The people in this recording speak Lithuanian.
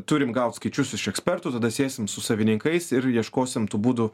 turim gaut skaičius iš ekspertų tada sėsim su savininkais ir ieškosim tų būdų